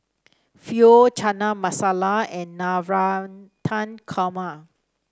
Pho Chana Masala and Navratan Korma